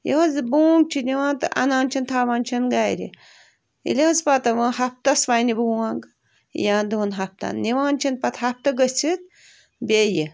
یہِ حظ یہِ بونٛگ چھُ دِوان تہٕ اَنان چھِن تھاوان چھِن گھرِ ییٚلہِ حظ پتہٕ وۄنۍ ہفتس وَنہِ بونٛگ یا دون ہفتن نِوان چھِن پتہٕ ہفتہٕ گٔژھِتھ بیٚیہِ